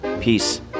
Peace